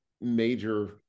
major